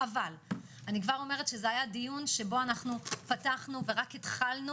אבל אני כבר אומרת שזה היה דיון שבו אנחנו פתחנו ורק התחלנו